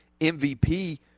MVP